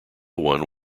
one